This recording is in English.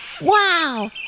wow